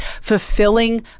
fulfilling